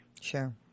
Sure